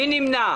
מי נמנע?